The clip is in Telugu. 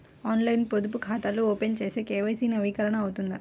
ఆన్లైన్లో పొదుపు ఖాతా ఓపెన్ చేస్తే కే.వై.సి నవీకరణ అవుతుందా?